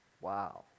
Wow